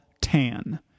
Tan